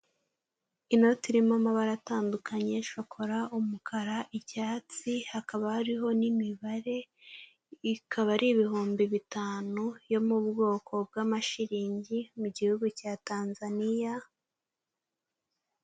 Inoti irimo amabara atandukanye ya shokora, umukara, icyatsi, hakaba hariho n'imibare ikaba ari ibihumbi bitanu yo mu bwoko bw'amashiringi mu gihugu cya tanzaniya.